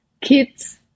kids